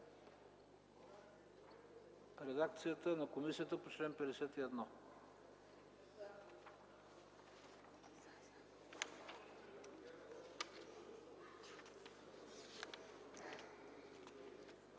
редакцията на комисията за чл. 59,